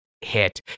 hit